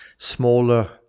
smaller